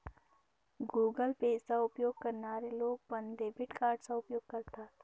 Google Pay चा उपयोग करणारे लोक पण, डेबिट कार्डचा उपयोग करतात